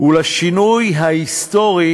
ולשינוי ההיסטורי,